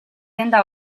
denda